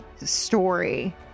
story